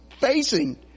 facing